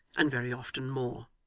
and very often more.